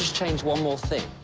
change one more thing?